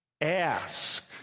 Ask